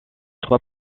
trois